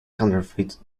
counterfeit